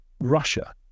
Russia